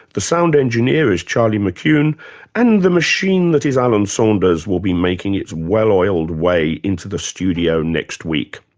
the sound engineer is charlie mckune and the machine that is alan saunders will be making its well-oiled way into the studio next week.